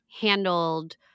handled